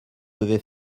devez